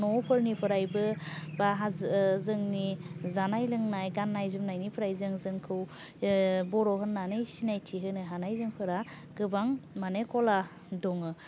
न'फोरनिफ्रायबो बा जोंनि जानाय लोंनाय गान्नाय जोमनायनिफ्राय जों जोंखौ बर' होन्नानै सिनायथि होनो हानाय जोंफोरा गोबां माने क'ला दङो